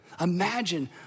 Imagine